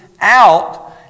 out